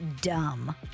DUMB